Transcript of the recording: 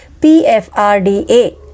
PFRDA